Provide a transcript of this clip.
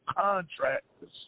contractors